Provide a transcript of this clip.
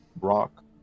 rock